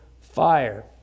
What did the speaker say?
fire